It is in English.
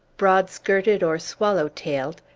broad-skirted or swallow-tailed,